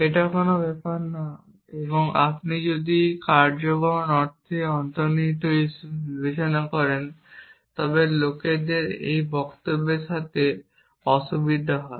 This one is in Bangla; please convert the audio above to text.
এটা কোন ব্যাপার না এবং আপনি যদি কার্যকারণ অর্থে অন্তর্নিহিত হিসাবে বিবেচনা করেন তবে লোকেদের এই ধরনের বক্তব্যের সাথে অসুবিধা হয়